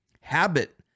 habit